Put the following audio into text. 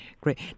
Great